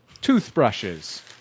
toothbrushes